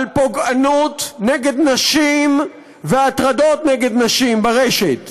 על פוגענות נגד נשים והטרדות נגד נשים ברשת.